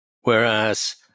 Whereas